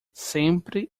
sempre